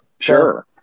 Sure